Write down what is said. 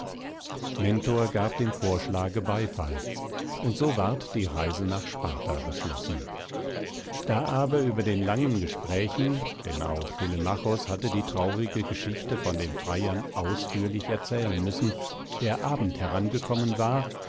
mentor gab dem vorschlage beifall und so ward die reise nach sparta beschlossen da aber über den langen gesprächen denn auch telemachos hatte die traurige geschichte von den freiern ausführlich erzählen müssen der abend herangekommen war